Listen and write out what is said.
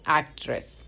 actress